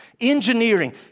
engineering